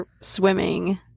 swimming